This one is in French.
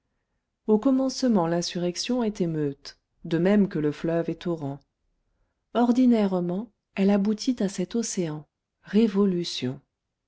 au commencement l'insurrection est émeute de même que le fleuve est torrent ordinairement elle aboutit à cet océan révolution